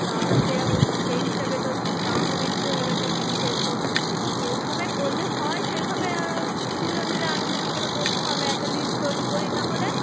তা সে সেই হিসাবে তো দামও বেশি হয়ে গেছে জিনিসের তো যেভাবে করলে হয় সেভাবে দুজন মিলে আলোচনা করে করতেে হবে একটা লিস্ট তৈরি করি তাহলে